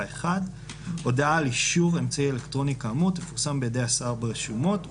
(1); הודעה על אישור אמצעי אלקטרוני כאמור תפורסם בידי השר ברשומות,